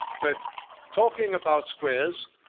but talking about squares,